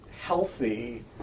healthy